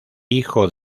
hijo